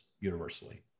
universally